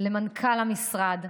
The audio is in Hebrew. ולמנכ"ל המשרד,